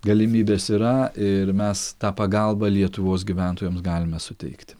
galimybės yra ir mes tą pagalbą lietuvos gyventojams galime suteikti